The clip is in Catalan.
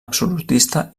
absolutista